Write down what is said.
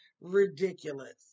ridiculous